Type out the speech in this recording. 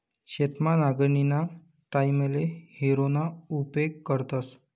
शेतमा नांगरणीना टाईमले हॅरोना उपेग करतस